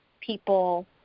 people